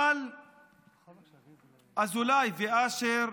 אבל אזולאי ואשר,